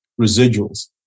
residuals